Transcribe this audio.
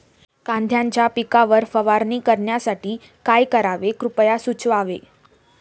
कांद्यांच्या पिकावर फवारणीसाठी काय करावे कृपया सुचवावे